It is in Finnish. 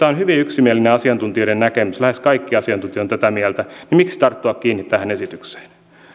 on hyvin yksimielinen asiantuntijoiden näkemys lähes kaikki asiantuntijat ovat tätä mieltä niin miksi tarttua kiinni tähän esitykseen